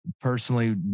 personally